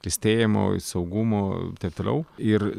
klestėjimo saugumo taip toliau ir